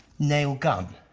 nail gun.